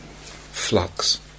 flux